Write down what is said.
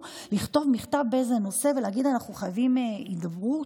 לכתוב מכתב באיזה נושא ולהגיד: אנחנו חייבים הידברות?